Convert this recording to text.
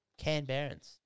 Canberrans